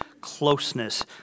closeness